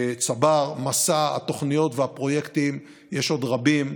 צבר, מסע, התוכניות והפרויקטים, יש עוד רבים.